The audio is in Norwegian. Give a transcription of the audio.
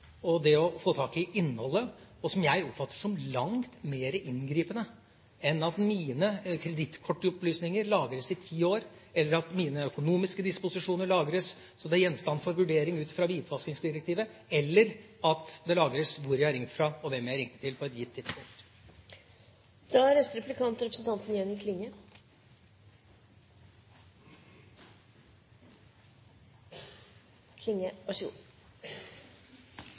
og det å få tak i innholdet, og som jeg oppfatter som langt mer inngripende enn at mine kredittkortopplysninger blir lagret i ti år, eller at mine økonomiske disposisjoner blir lagret slik at de blir gjenstand for vurdering ut fra hvitvaskingsdirektivet, eller at det blir lagret hvor jeg har ringt fra og hvem jeg ringte til på et gitt tidspunkt.